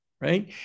right